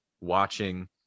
watching